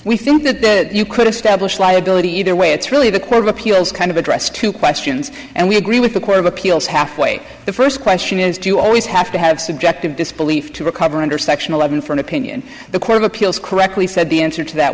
we think that you could establish liability either way it's really the court of appeals kind of address two questions and we agree with the court of appeals halfway the first question is do you always have to have subjective disbelief to recover under section eleven for an opinion the court of appeals correctly said the answer to that